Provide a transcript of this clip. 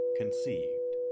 conceived